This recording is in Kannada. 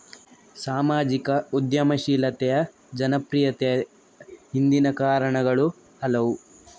ಸಾಮಾಜಿಕ ಉದ್ಯಮಶೀಲತೆಯ ಜನಪ್ರಿಯತೆಯ ಹಿಂದಿನ ಕಾರಣಗಳು ಹಲವು